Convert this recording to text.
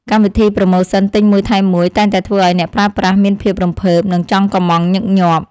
កម្មវិធីប្រូម៉ូសិនទិញមួយថែមមួយតែងតែធ្វើឱ្យអ្នកប្រើប្រាស់មានភាពរំភើបនិងចង់កុម្ម៉ង់ញឹកញាប់។